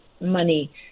money